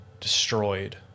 destroyed